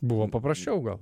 buvo papraščiau gal